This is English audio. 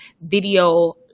video